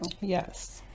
Yes